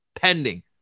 pending